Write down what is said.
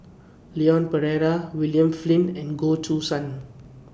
Leon Perera William Flint and Goh Choo San